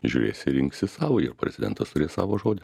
žiūrės ir rinksis sau ir prezidentas turės savo žodį